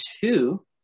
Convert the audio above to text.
two